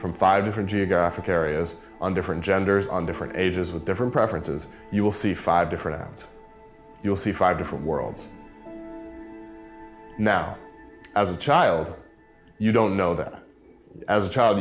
from five different geographic areas on different genders on different ages with different preferences you will see five different ads you'll see five different worlds now as a child you don't know that as a child